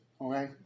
okay